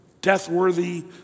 death-worthy